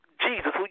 Jesus